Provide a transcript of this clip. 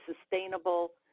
sustainable